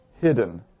Hidden